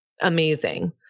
amazing